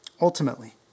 Ultimately